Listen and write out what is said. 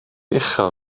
uchel